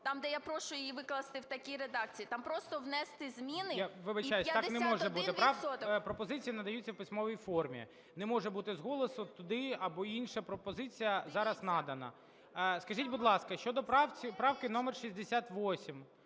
там, де я прошу її викласти в такій редакції, там просто внести зміни і "51 відсоток". ГОЛОВУЮЧИЙ. Я вибачаюсь, так не може бути. Пропозиції надаються в письмовій формі. Не може бути з голосу туди або інша пропозиція зараз надана. Скажіть, будь ласка, щодо правки номер 68,